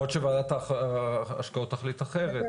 יכול להיות אגב שוועדת ההשקעות תחשוב אחרת.